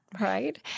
right